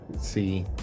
See